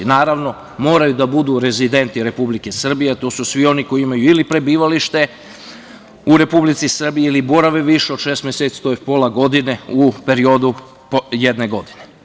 Naravno, moraju da budu rezidenti Republike Srbije, to su oni koji imaj ili prebivalište u Republici Srbiji ili borave više od šest meseci, tj. pola godine u periodu jedne godine.